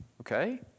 Okay